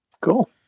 Cool